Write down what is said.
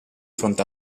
fronte